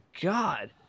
God